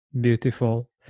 beautiful